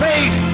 Faith